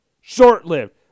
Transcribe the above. Short-lived